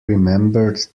remembered